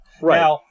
Right